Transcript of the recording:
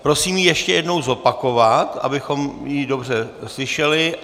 Prosím ji ještě jednou zopakovat, abychom ji dobře slyšeli.